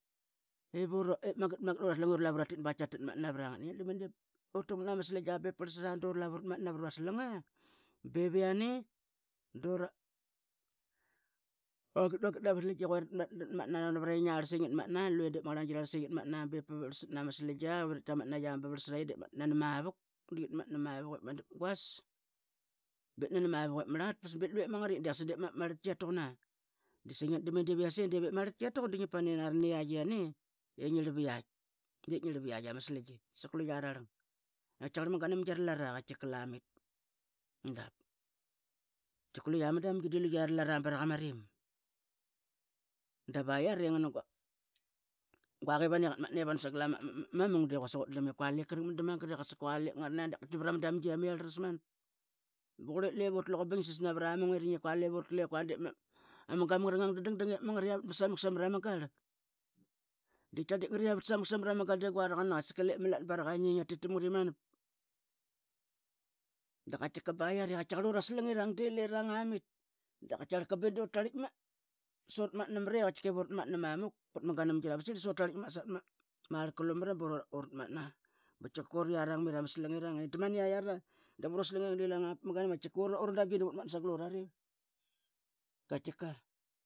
Penting foloi karana ngone ngofa ngofa re yo skolah sma ge fugo rai se ngone fo so kuliah ona ua angge ena toma gam madoya tora age ona na otak ge sodabi mega aku ua, dadi ona ge ngone fo so sakola ona la ona na tabeat se fael ge ena laha, ona cako mansia ifa, sedaba ona gahi kaco toma gam madoya ifa, danata ifa, sedaba ona waro ahu ma laha laha ge ena tabe.